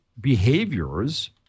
behaviors